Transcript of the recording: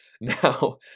Now